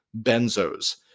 benzos